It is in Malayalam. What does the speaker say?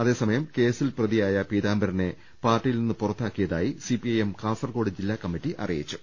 അതേസമയം കേസിൽ പ്രതിയായ പീതാംബരനെ പാർട്ടിയിൽ നിന്ന് പുറത്താക്കിയതായി സിപിഐഎം കാസർകോട് ജില്ലാ കമ്മിറ്റി അറിയിച്ചു